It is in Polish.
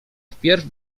wpierw